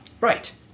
Right